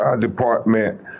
department